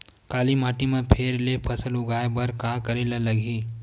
काली माटी म फेर ले फसल उगाए बर का करेला लगही?